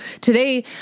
today